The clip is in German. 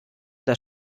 das